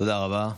תודה רבה.